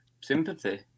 sympathy